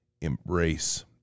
embrace